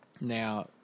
Now